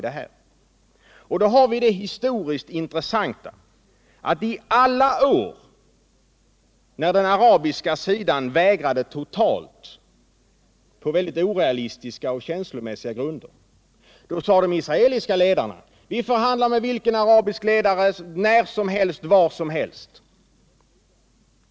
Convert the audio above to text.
Det historiskt intressanta är att i alla år som den arabiska sidan vägrade totalt — på synnerligen orealistiska och känslomässiga grunder — sade de israeliska ledarna: Vi förhandlar med vilken arabisk ledare som helst när som helst och var som helst!